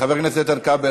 חבר הכנסת איתן כבל,